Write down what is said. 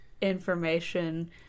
information